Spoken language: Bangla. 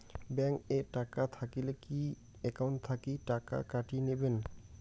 ব্যাংক এ টাকা থাকিলে কি একাউন্ট থাকি টাকা কাটি নিবেন?